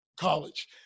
college